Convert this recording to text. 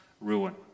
ruin